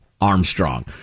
Armstrong